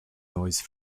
noise